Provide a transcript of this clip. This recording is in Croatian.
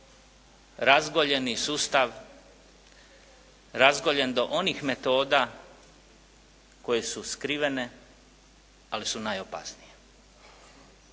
razgoljeni slučaj razgoljen do onih metoda koje su skrivene ali su najopasnije.